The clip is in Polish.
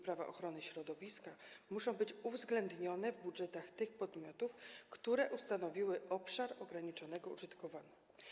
Prawa ochrony środowiska muszą być uwzględnione w budżetach tych podmiotów, które ustanowiły obszar ograniczonego użytkowania.